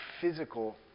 physical